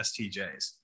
STJs